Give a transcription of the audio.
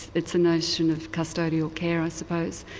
it's a notion of custodial care, i suppose.